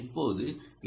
இப்போது எல்